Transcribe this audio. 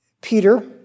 Peter